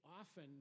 often